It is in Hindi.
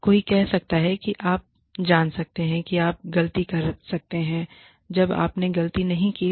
कोई कह सकता है कि आप जान सकते हैं कि आप गलती कर सकते हैं जब आपने गलती नहीं की है